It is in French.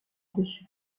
reçu